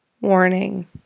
Warning